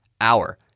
hour